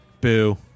Boo